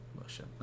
motion